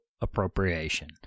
appropriation